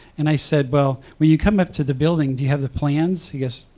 and i said, well, when you come up to the building, do you have the plans? he goes,